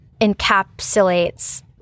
encapsulates